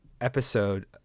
episode